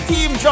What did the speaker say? Team